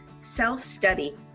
self-study